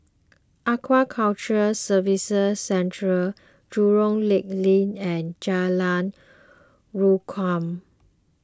Aquaculture Services Centre Jurong Lake Link and Jalan Rukam